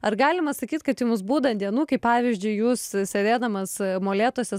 ar galima sakyt kad jums būna dienų kai pavyzdžiui jūs sėdėdamas molėtuose